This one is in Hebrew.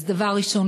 אז דבר ראשון,